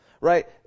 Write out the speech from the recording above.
right